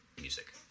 music